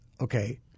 okay